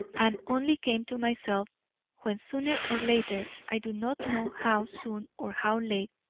and only came to myself when, sooner or later, i do not know how soon or how late,